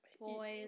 boys